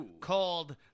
called